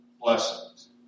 blessings